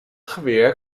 geweer